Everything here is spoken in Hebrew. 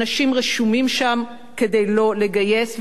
אנשים רשומים שם כדי לא להתגייס,